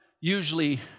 usually